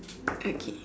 okay